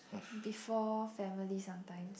before family sometimes